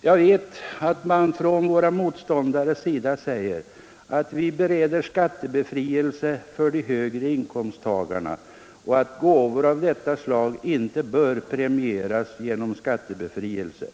Jag vet att många motståndare säger att vi bereder skattebefrielse för de högre inkomsttagarna och att gåvor av detta slag inte bör premieras genom skattebefrielse.